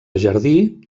jardí